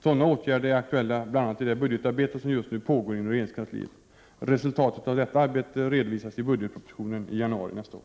Sådana åtgärder är aktuella bl.a. i det budgetarbete som just nu pågår inom regeringskansliet. Resultatet av detta arbete redovisas i budgetpropositionen i januari nästa år.